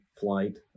flight